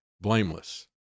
blameless